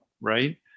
Right